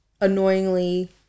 annoyingly